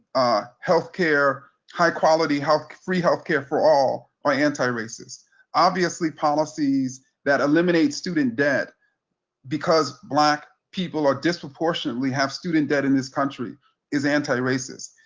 ah health care, high quality health, free health care for all, are anti-racist. obviously policies that eliminate student debt because black people are disproportionately have student debt in this country is anti-racist.